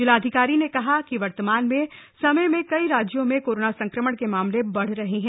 जिलाधिकारी ने कहा कि वर्तमान समय में कई राज्यों में कोरोना संक्रमण के मामले बढ़ रहे हैं